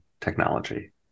technology